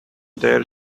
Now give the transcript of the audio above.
their